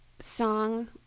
song